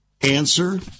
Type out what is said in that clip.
answer